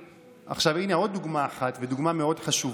הינה עוד דוגמה אחת מאוד חשובה: